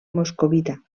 moscovita